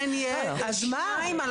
אני לא מכירה את